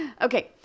Okay